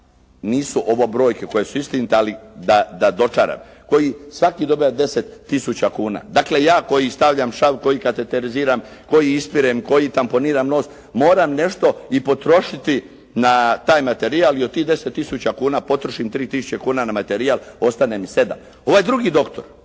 Nisu ovo brojke koje su istinite, ali da dočaram koji svaki dobiva svaki 10000 kuna. Dakle, ja koji stavljam šav, koji kateteriziram, koji ispirem, koji tamponiram nos moram nešto i potrošiti na taj materijal i od tih 10000 kuna potrošim 3000 kuna na materijal, ostane mi 7. Ovaj drugi doktor